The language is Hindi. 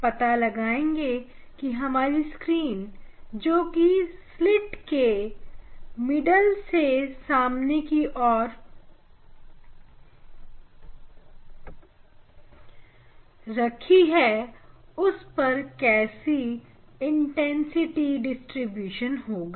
और हम पता लगाएंगे की हमारी स्क्रीन जोकि स्लिट के मिडिल से सामने की ओर है उस पर कैसा इंटेंसिव डिस्ट्रीब्यूशन होगा